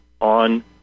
on